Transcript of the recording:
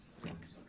thanks.